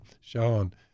Sean